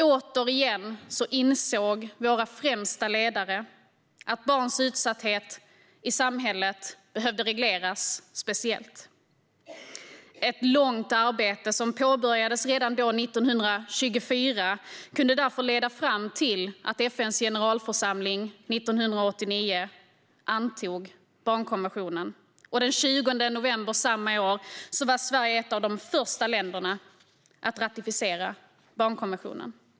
Återigen insåg våra främsta ledare att barns utsatthet i samhället behövde regleras speciellt. Ett långt arbete som påbörjades redan 1924 kunde därför leda fram till att FN:s generalförsamling 1989 antog barnkonventionen. Den 20 november samma år var Sverige ett av de första länderna att ratificera barnkonventionen.